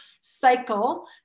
cycle